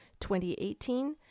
2018